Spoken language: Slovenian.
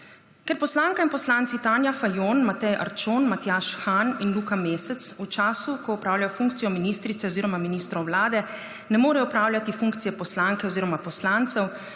Ker poslanka in poslanci Tanja Fajon, Matej Arčon, Matjaž Han in Luka Mesec v času, ko opravljajo funkcijo ministrice oziroma ministrov vlade, ne morejo opravljati funkcije poslanke oziroma poslancev,